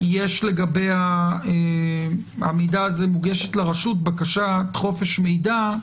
יש - מוגשת לרשות בקשת חופש מידע,